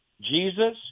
Jesus